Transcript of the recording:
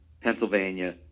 Pennsylvania